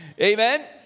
Amen